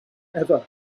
ever